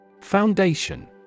Foundation